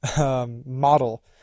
model